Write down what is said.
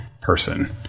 person